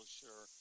sure